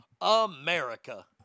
America